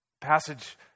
Passage